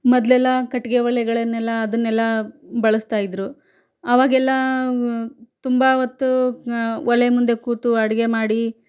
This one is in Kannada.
ಮೊದ್ಲೆಲ್ಲ ಕಟ್ಟಿಗೆ ಒಲೆಗಳನ್ನೆಲ್ಲ ಅದನ್ನೆಲ್ಲ ಬಳಸ್ತಾ ಇದ್ದರು ಅವಾಗೆಲ್ಲ ತುಂಬ ಹೊತ್ತು ಒಲೆ ಮುಂದೆ ಕೂತು ಅಡುಗೆ ಮಾಡಿ